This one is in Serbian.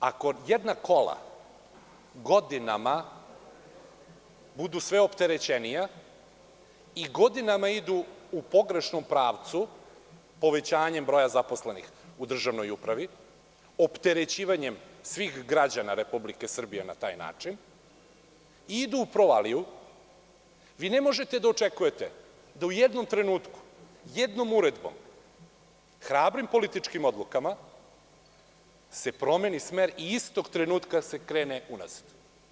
Ako jedna kola godinama budu sve opterećenija i godinama idu u pogrešnom pravcu, povećanjem broja zaposlenih u državnoj upravi, opterećivanjem svih građana Republike Srbije na taj način, idu u provaliju, vi ne možete da očekujete da u jednom trenutku, jednom uredbom, hrabrim političkim odlukama se promeni smer i istog trenutka se krene unazad.